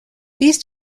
these